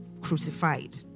crucified